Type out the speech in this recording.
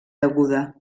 deguda